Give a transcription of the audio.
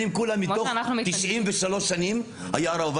עשר שנים מתוך 93 שנים היה הרב עובדיה רב ראשי.